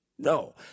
No